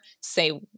say